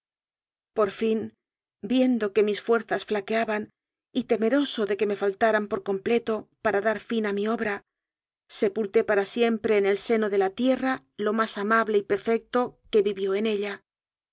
por fin viendo que mis fuerzas saqueaban y te meroso de que me faltaran por completo para dar fin a mi obra sepulté para siempre en el seno de la tierra lo más amable y perfecto que vivió en ella